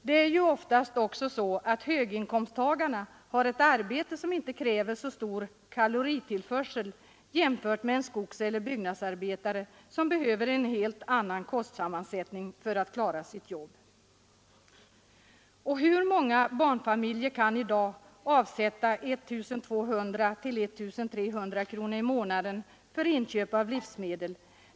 Det är ju oftast så att höginkomsttagarna har ett arbete som inte kräver så stor kaloritillförsel jämfört med en skogseller byggnadsarbetare, som behöver en helt annan kostsammansättning för att klara sitt jobb. Hur många barnfamiljer kan i dag avsätta 1 200—1 300 kronor i månaden för inköp av livsmedel?